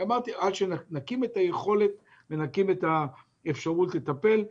אמרתי שעד שנקים את היכולת ואת האפשרות לטפל,